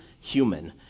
human